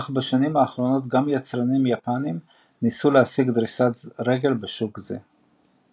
אך בשנים האחרונות גם יצרנים יפניים ניסו להשיג דריסת רגל בשוק זה.